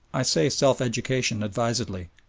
i say self-education advisedly,